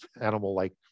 animal-like